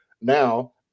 now